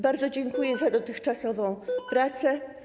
Bardzo dziękuję za dotychczasową pracę.